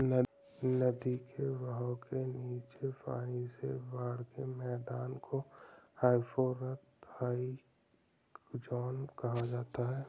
नदी के बहाव के नीचे पानी से बाढ़ के मैदान को हाइपोरहाइक ज़ोन कहा जाता है